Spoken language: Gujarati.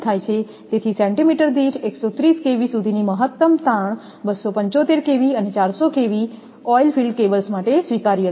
તેથી સેન્ટીમીટર દીઠ 130 kV સુધીની મહત્તમ તાણ 275 kV અને 400 kV ઓઇલ ફિલ્ડ કેબલ્સ માટે સ્વીકાર્ય છે